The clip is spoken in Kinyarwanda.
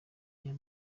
iya